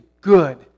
good